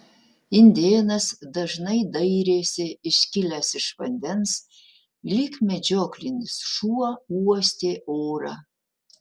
indėnas dažnai dairėsi iškilęs iš vandens lyg medžioklinis šuo uostė orą